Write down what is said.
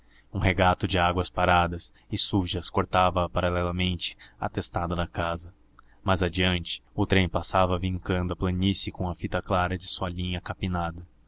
um regato de águas paradas e sujas cortava a paralelamente à testada da casa mais adiante o trem passava vincando a planície com a fita clara de sua linha capinada